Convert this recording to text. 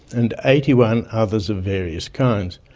and eighty one others of various kinds,